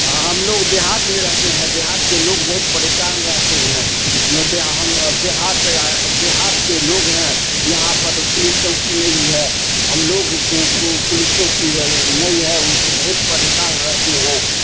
ہم لوگ دیہات میں رہتے ہیں دیہات کے لوگ بہت پریشان رہتے ہیںیہ ہم دیہات دیہات کے لوگ ہیں یہاں پر پولیس چوکی نہیں ہے ہم لوگ پولیس چوکی نہیں ہے اس بہت پریشان رہتے ہیں